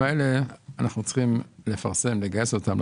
אנחנו צריכים לפרסם ולגייס את האנשים.